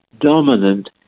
dominant